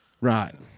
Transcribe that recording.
Right